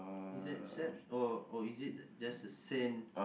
is that steps or or is it just a sand